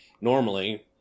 normally